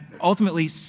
ultimately